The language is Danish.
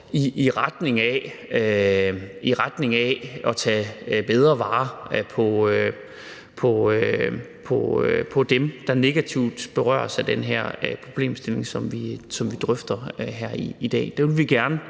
i retning af at tage bedre vare på dem, der berøres negativt af den her problemstilling, som vi drøfter her i dag?